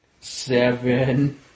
seven